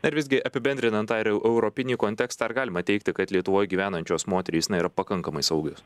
ar visgi apibendrinant tą ir europinį kontekstą ar galima teigti kad lietuvoj gyvenančios moterys na yra pakankamai saugios